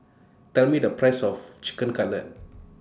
Tell Me The Price of Chicken Cutlet